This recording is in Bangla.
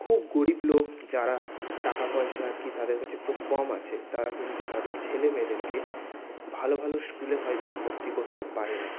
খুব গরিব লোক যারা টাকাপয়সা আর কি তাদের কাছে খুব কম আছে তারা কিন্তু তাদের ছেলেমেয়েদেরকে ভালো ভালো স্কুলে হয়তো ভর্তি করতে পারে না